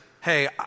hey